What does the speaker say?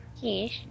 Yes